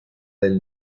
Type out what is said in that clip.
del